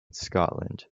scotland